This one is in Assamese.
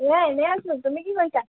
অঁ এনেই আছোঁ তুমি কি কৰিছা